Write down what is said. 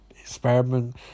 experiment